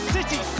City